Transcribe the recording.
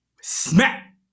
Smack